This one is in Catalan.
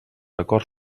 acords